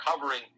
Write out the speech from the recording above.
covering